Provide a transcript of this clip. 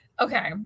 Okay